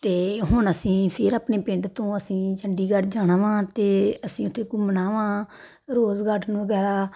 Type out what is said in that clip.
ਅਤੇ ਹੁਣ ਅਸੀਂ ਫਿਰ ਆਪਣੇ ਪਿੰਡ ਤੋਂ ਅਸੀਂ ਚੰਡੀਗੜ੍ਹ ਜਾਣਾ ਵਾਂ ਅਤੇ ਅਸੀਂ ਉੱਥੇ ਘੁੰਮਣਾ ਹਾਂ ਰੋਜ਼ ਗਾਰਡਨ ਵਗੈਰਾ